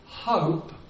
Hope